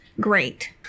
great